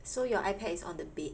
so your Ipad is on the bed